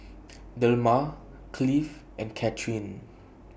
Delmar Cliff and Cathryn